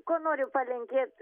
ko noriu palinkėt